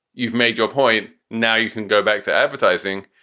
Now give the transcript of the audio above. you've made your point, now you can go back to advertising,